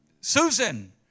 Susan